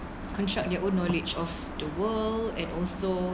construct their own knowledge of the world and also